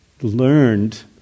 learned